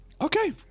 Okay